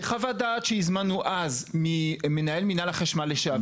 בחוות דעת שהזמנו אז ממנהל מינהל החשמל לשעבר